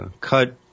cut